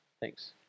Thanks